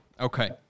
Okay